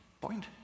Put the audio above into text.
point